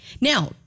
Now